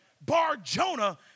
Bar-Jonah